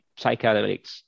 psychedelics